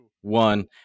one